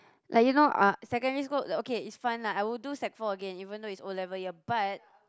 like you know uh secondary school okay it's fun lah I will do sec four again even though it's O-level year but